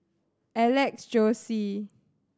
Alex Josey